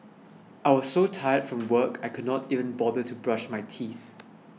I was so tired from work I could not even bother to brush my teeth